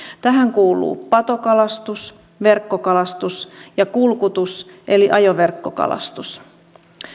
tähän kuuluu patokalastus verkkokalastus ja kulkutus eli ajoverkkokalastus